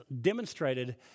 demonstrated